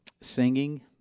singing